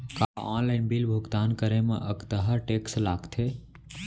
का online bill भुगतान करे मा अक्तहा टेक्स लगथे?